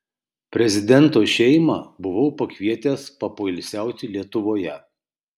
prezidento šeimą buvau pakvietęs papoilsiauti lietuvoje